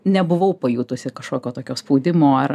nebuvau pajutusi kažkokio tokio spaudimo ar